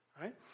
right